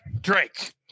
Drake